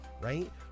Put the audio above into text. right